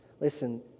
Listen